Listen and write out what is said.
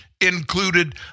included